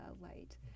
light